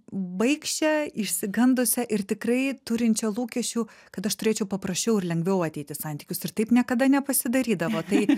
baikščią išsigandusią ir tikrai turinčią lūkesčių kad aš turėčiau paprasčiau ir lengviau ateit į santykius ir taip niekada nepasidarydavo tai